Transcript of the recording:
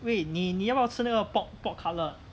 wait 你你要吃那个 pork pork cutlet ah